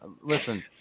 listen